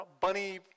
bunny